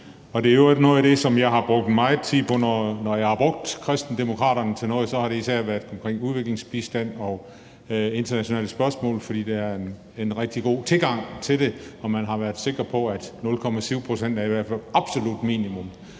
øvrigt noget af det, som jeg har brugt meget tid på, når jeg har brugt Kristendemokraterne til noget, har det især været omkring udviklingsbistand og internationale spørgsmål, fordi KD har en rigtig god tilgang til det. Og man har været sikker på, at 0,7 pct. i hvert fald er absolut minimum,